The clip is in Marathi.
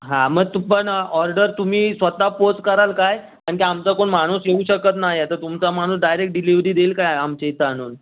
हां मग तू पण ऑर्डर तुम्ही स्वतः पोच कराल काय कारण की आमचा कोण माणूस येऊ शकत नाही आहे तर तुमचा माणूस डायरेक्ट डिलिवरी देईल काय आमच्या इथं आणून